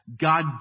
God